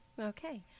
Okay